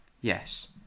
Yes